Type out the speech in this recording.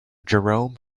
jerome